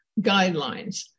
guidelines